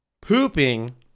Pooping